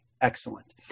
excellent